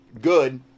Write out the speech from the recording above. good